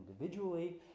individually